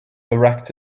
erect